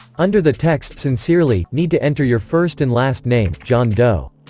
under the text sincerely, need to enter your first and last name john doe